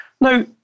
Now